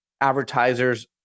Advertisers